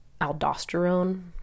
aldosterone